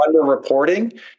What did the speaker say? underreporting